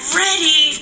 ready